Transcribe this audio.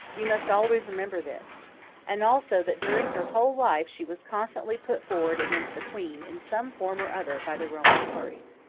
you must always remember this and also that during her whole life she was constantly put forward against the queen, in some form or other, by the romish party.